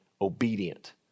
obedient